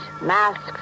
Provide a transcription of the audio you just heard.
masks